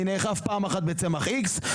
אני בעיקר יודע שאני נאכף פעם אחת בצמח X,